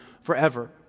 forever